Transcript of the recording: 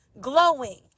glowing